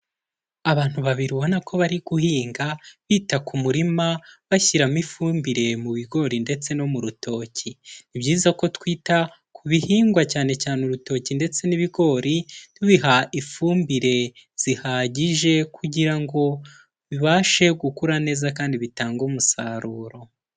Abantu babiri ubona ko bari guhinga, bita ku murima bashyiramo ifumbire mu bigori ndetse no mu rutoki, ni byiza ko twita ku bihingwa cyane cyane urutoki ndetse n'ibigori, tubiha ifumbire zihagije kugira ngo bibashe gukura neza kandi bitange umusaruro.